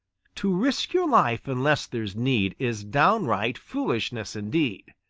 to risk your life unless there's need is downright foolishness indeed.